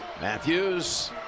Matthews